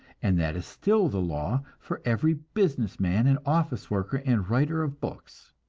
and that is still the law for every business man and office-worker and writer of books.